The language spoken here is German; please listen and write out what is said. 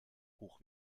hoch